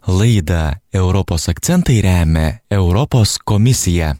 laidą europos akcentai remia europos komisija